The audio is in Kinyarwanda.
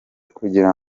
kugira